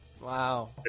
Wow